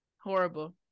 Horrible